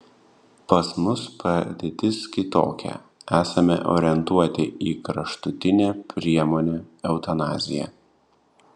pas mus padėtis kitokia esame orientuoti į kraštutinę priemonę eutanaziją